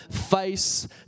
Face